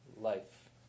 life